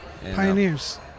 Pioneers